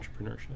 entrepreneurship